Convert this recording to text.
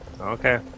Okay